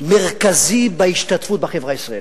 מרכזי בהשתתפות בחברה הישראלית.